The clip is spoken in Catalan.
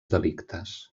delictes